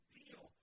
deal